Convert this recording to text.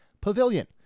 Pavilion